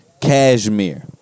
cashmere